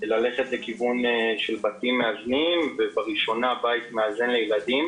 ללכת לכיוון של בתים מאזנים ובראשונה בית מאזן לילדים